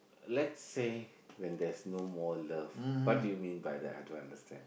let's say when there's no more love what do you mean by that I don't understand